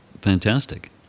Fantastic